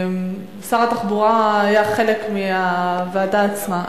שר התחבורה היה חלק מהוועדה עצמה.